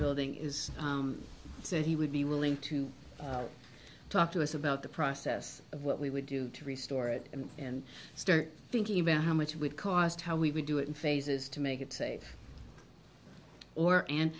building is so he would be willing to talk to us about the process of what we would do to restore it and start thinking about how much it would cost how we would do it in phases to make it safe or and